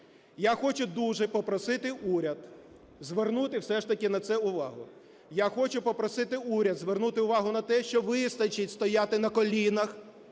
Я хочу дуже попросити уряд звернути все ж таки на це увагу. Я хочу попросити уряд звернути увагу на те, що вистачить стояти на колінах,